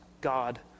God